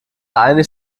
einig